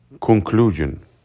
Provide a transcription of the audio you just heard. Conclusion